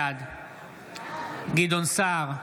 בעד גדעון סער,